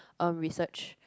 um research